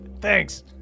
Thanks